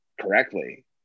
correctly